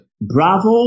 Bravo